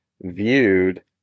viewed